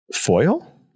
foil